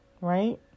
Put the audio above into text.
right